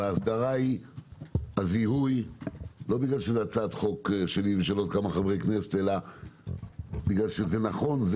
והיא הזיהוי לא כי זו הצעת חוק שלי ושל עוד חברי כנסת אלא כי זה נכון.